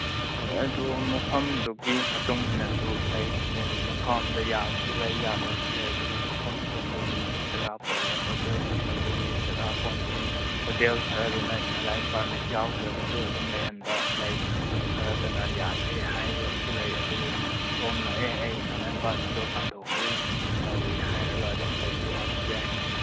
ꯍꯣꯏ ꯑꯗꯨ ꯃꯐꯝꯗꯨꯒꯤ ꯃꯇꯨꯡꯏꯟꯅꯁꯨ ꯂꯩ ꯃꯦꯕꯤ ꯃꯐꯝ ꯑꯃꯗ ꯌꯥꯕꯁꯨ ꯂꯩ ꯌꯥꯗꯕꯁꯨ ꯂꯩ ꯑꯗꯨꯕꯨ ꯃꯐꯝ ꯃꯐꯝꯗꯨꯒꯤ ꯖꯒꯥ ꯄꯣꯜꯂꯦ ꯍꯣꯇꯦꯜ ꯍꯣꯇꯦꯜꯗꯨꯒꯤ ꯖꯒꯥ ꯄꯣꯟꯒꯅꯤ ꯍꯣꯇꯦꯜ ꯈꯔꯗꯅ ꯏꯅꯔ ꯂꯥꯏꯟ ꯄꯥꯔꯃꯤꯠ ꯌꯥꯎꯗ꯭ꯔꯒꯁꯨ ꯑꯗꯨꯝ ꯂꯩꯍꯟꯕ ꯂꯩ ꯍꯣꯇꯦꯜ ꯈꯔꯗꯅ ꯌꯥꯗꯦ ꯍꯥꯏꯕꯁꯨ ꯂꯩ ꯑꯗꯨ ꯁꯣꯝꯅ ꯑꯦ ꯑꯩ ꯏꯅꯔ ꯂꯥꯏꯟ ꯄꯥꯔꯃꯤꯠꯇꯣ ꯇꯥꯟꯊꯣꯛꯈ꯭ꯔꯤ ꯁꯤ ꯇꯧꯔꯤ ꯍꯥꯏꯔꯒ ꯑꯗꯨꯝ ꯂꯩꯕ ꯌꯥꯕꯁꯨ ꯌꯥꯏ